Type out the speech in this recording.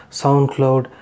soundcloud